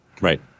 Right